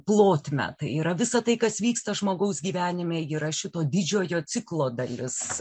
plotmę tai yra visa tai kas vyksta žmogaus gyvenime yra šito didžiojo ciklo dalis